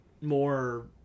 more